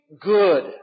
good